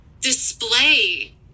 display